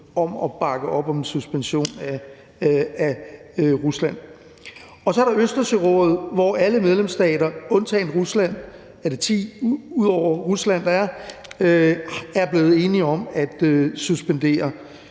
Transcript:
om at bakke op om en suspension af Rusland. Og så er der Østersørådet, hvor alle medlemsstater, undtagen Rusland – der er vist 10 ud over Rusland